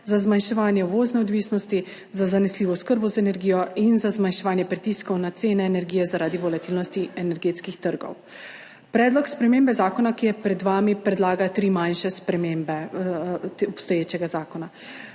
za zmanjševanje uvozne odvisnosti, za zanesljivo oskrbo z energijo in za zmanjševanje pritiskov na cene energije zaradi volatilnosti energetskih trgov. Predlog spremembe zakona, ki je pred vami, predlaga tri manjše spremembe obstoječega zakona.